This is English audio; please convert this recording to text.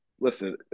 listen